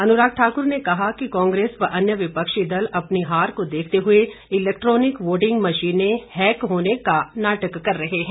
अनुराग ठाकुर ने कहा कि कांग्रेस व अन्य विपक्षी दल अपनी हार को देखते हुए इलैक्ट्रॉनिक वोटिंग मशीनें हैक होने का नाटक कर रहे हैं